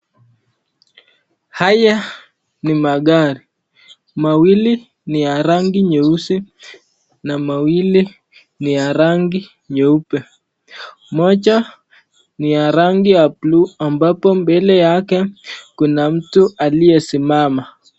Haya ni magari. Mawili ni ya rangi nyeusi na mawili ni ya rangi nyeupe . Moja ni ya rangi ya blue , ambapo mbele yake kuna mtu aliyesimama.